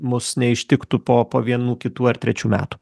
mus neištiktų po po vienų kitų ar trečių metų